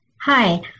Hi